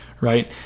right